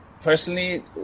personally